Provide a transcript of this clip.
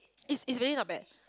it's it's really not bad